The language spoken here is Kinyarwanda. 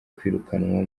kwirukanwa